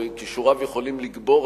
או כישוריו יכולים לגבור,